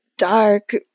dark